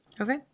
Okay